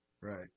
right